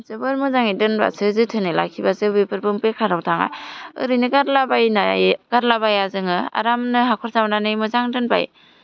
जोबोर मोजाङै दोनबासो जोथोनै लाखिबासो बेफोरबो बेखाराव थाङा ओरैनो गारलाबायनाय गारलाबाया जोङो आरामनो हाख'र जावनानै मोजां दोनबाय